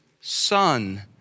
son